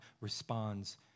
responds